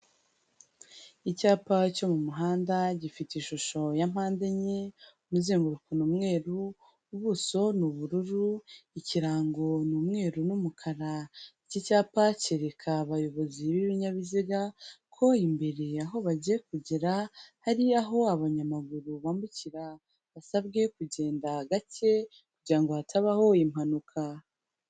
Icyapa cyo mu muhanda gifite ishusho ya mpande enye, umuzenguruko ni umweru, ubuso ni ubururu, ikirango ni umweru n'umukara. Iki cyapa cyereka abayobozi b'ibinyabiziga ko imbere aho bagiye kugera, hari aho abanyamaguru bambukira, basabwe kugenda gake kugira ngo hatabaho impanuka.